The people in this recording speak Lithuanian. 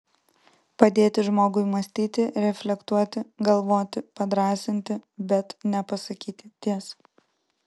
padėti žmogui mąstyti reflektuoti galvoti padrąsinti bet ne pasakyti tiesą